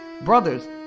Brothers